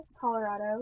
colorado